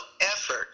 effort